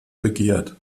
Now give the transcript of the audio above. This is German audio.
begehrt